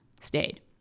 stayed